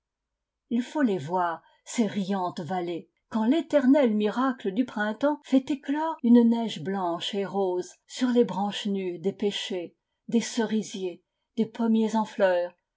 il faut les voir ces riantes vallées quand l'éternel miracle du printemps fait éclore une neige blanche et rose sur les branches nues des pêchers des cerisiers des pommiers en fleurs